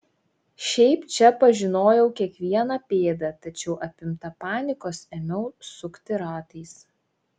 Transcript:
šiaip čia pažinojau kiekvieną pėdą tačiau apimta panikos ėmiau sukti ratais